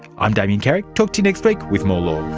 i'm damien carrick, talk to you next week with more law